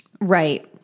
Right